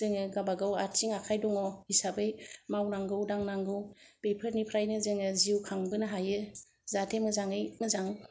जोङो गाबागाव आथिं आखाइ दङ हिसाबै मावनांगौ दांनांगौ बेफोरनिफ्रायनो जोङो जिउ खांबोनो हायो जाहाथे मोजाङै मोजां